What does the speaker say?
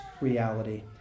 reality